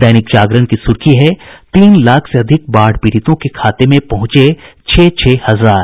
दैनिक जागरण की सुर्खी है तीन लाख से अधिक बाढ़ पीड़ितों के खाते में पहुंचे छह छह हजार